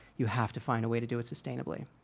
you have to find a way to do it sustainably.